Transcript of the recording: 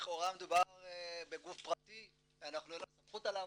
לכאורה מדובר בגוף פרטי ואין לנו סמכות עליו,